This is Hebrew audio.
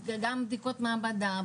גם בדיקות מעבדה,